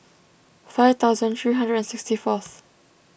five thousand three hundred and sixty fourth